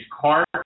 cart